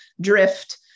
drift